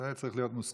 זה צריך להיות מוסכם.